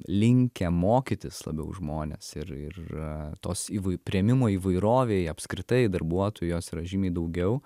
linkę mokytis labiau žmonės ir ir tos įvai priėmimo įvairovei apskritai darbuotojų jos yra žymiai daugiau